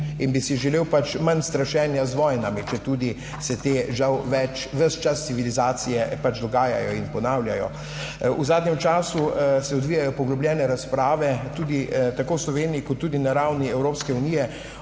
In bi si želel pač manj strašenja z vojnami, četudi se te žal več ves čas civilizacije pač dogajajo in ponavljajo. V zadnjem času se odvijajo poglobljene razprave tudi, tako v Sloveniji, kot tudi na ravni Evropske unije